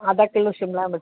आधा किलो शिमला मिर्चु